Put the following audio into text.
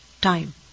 time